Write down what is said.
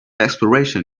exploration